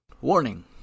Warning